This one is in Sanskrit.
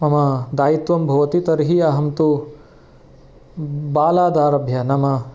मम दायित्वं भवति तर्हि अहं तु बालादारभ्य नाम